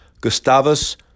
Gustavus